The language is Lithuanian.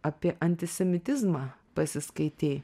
apie antisemitizmą pasiskaitei